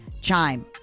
Chime